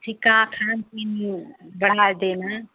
फीका खान पीन यह बढ़ा देना